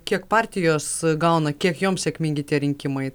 kiek partijos gauna kiek joms sėkmingi tie rinkimai